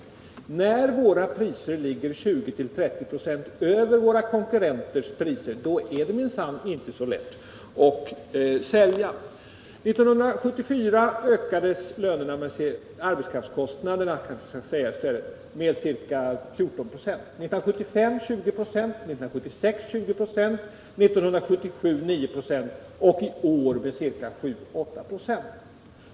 Men när våra priser ligger 20-30 ?6 över våra konkurrenters, är det minsann inte så lätt att sälja. År 1974 ökade arbetskraftskostnaderna med ca 14 96, år 1975 med 20 96, 1976 med 20 6, 1977 med 9 6 och i år med 7-8 "6.